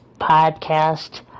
podcast